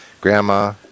grandma